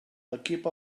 equip